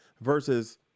versus